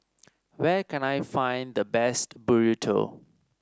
where can I find the best Burrito